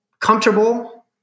comfortable